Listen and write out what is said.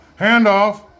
Handoff